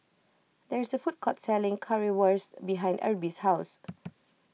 there is a food court selling Currywurst behind Erby's house